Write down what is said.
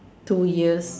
two ears